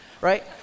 right